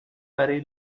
برای